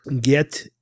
get